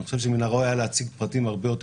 אני חושב שמן הראוי היה להציג הרבה יותר פרטים.